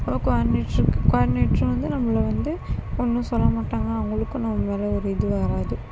அப்ப கோஆடினேட்டருக்கு கோஆடினேட்டரும் வந்து நம்மளை வந்து ஒன்றும் சொல்ல மாட்டாங்க அவங்களுக்கும் நம்ம மேல் ஒரு இது வராது